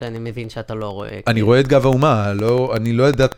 ואני מבין שאתה לא רואה. אני רואה את גב האומה, אני לא יודע...